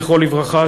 זכרו לברכה,